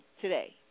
today